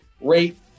rate